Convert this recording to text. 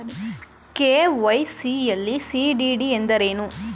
KYC ಯಲ್ಲಿ CDD ಎಂದರೇನು?